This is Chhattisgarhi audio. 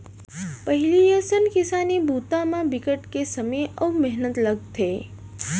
पहिली असन किसानी बूता म बिकट के समे अउ मेहनत लगथे